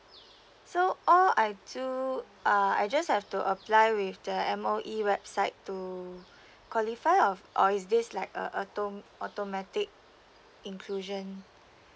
so all I do uh I just have to apply with the M_O_E website to qualify or or is this like a auto automatic inclusion